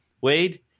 Wade